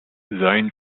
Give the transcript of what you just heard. sein